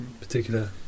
particular